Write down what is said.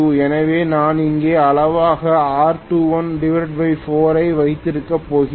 எனவே நான் இங்கே அளவாக R214 ஐ வைத்திருக்கப் போகிறேன்